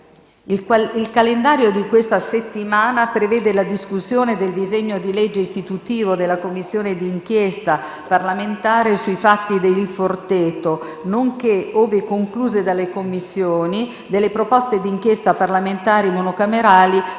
Il calendario di questa settimana prevede la discussione del disegno di legge istitutivo della Commissione di inchiesta parlamentare sui fatti accaduti presso la comunità «Il Forteto», nonché, ove concluse dalle Commissioni, delle proposte di inchiesta parlamentari monocamerali